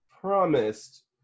promised